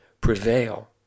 prevail